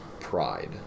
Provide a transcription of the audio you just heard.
pride